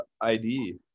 ID